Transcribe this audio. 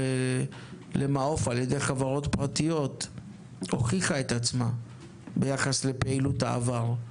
למעו"ף על ידי חברות פרטיות הוכיחה את עצמה ביחס לפעילות העבר: